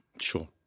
Sure